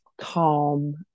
calm